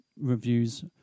reviews